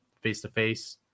face-to-face